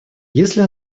если